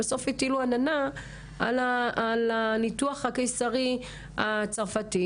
בסוף הטילו עננה על הניתוח הקיסרי הצרפתי